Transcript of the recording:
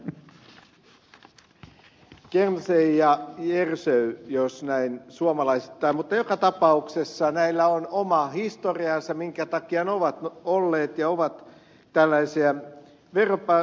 nyt keloseija jersey jos näin suomalaista mutta joka tapauksessa näillä on oma historiansa minkä takia ne ovat olleet ja ovat tällaisia veroparatiiseja